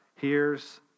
hears